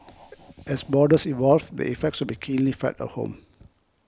as borders evolve the effects would be keenly felt at home